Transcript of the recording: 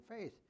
faith